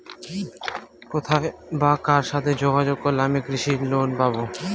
কোথায় বা কার সাথে যোগাযোগ করলে আমি কৃষি লোন পাব?